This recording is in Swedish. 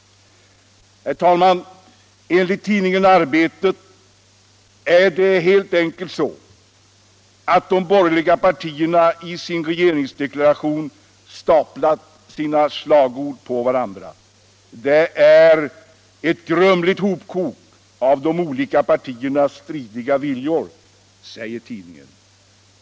Herr talman! Enligt tidningen Arbetet är det helt enkelt så att de bor gerliga partierna i sin regeringsdeklaration staplat sina slagord på varandra. Det är ett grumligt hopkok av de olika partiernas stridiga viljor, säger tidningen.